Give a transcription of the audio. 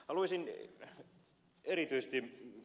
haluaisin erityisesti ed